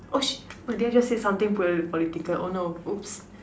oh shit did I just say something polit~ political oh no oops